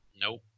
nope